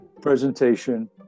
presentation